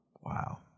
Wow